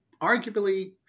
arguably